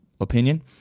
opinion